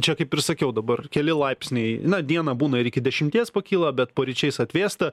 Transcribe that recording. čia kaip ir sakiau dabar keli laipsniai na dieną būna ir iki dešimties pakyla bet paryčiais atvėsta